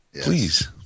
Please